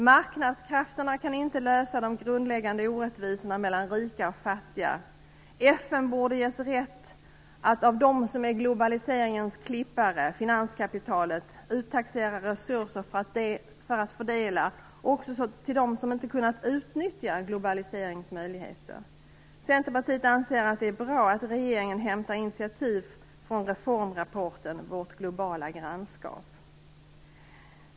Marknadskrafterna kan inte lösa de grundläggande orättvisorna mellan rika och fattiga. FN borde ges rätt att av dem som är globaliseringens klippare, finanskapitalet, uttaxera resurser för att fördela också till dem som inte kunnat utnyttja globaliseringens möjligheter. Centerpartiet anser att det är bra att regeringen hämtar initiativ från reformrapporten Vårt globala grannskap.